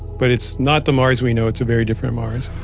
but it's not the mars we know, it's a very different mars